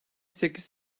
sekiz